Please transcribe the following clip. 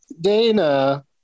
Dana